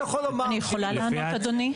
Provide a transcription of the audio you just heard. אני יכולה לענות אדוני?